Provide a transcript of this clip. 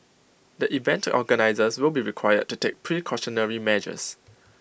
the event organisers will be required to take precautionary measures